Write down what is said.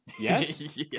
Yes